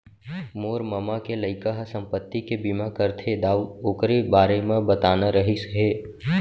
मोर ममा के लइका ह संपत्ति के बीमा करथे दाऊ,, ओकरे बारे म बताना रहिस हे